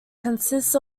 consists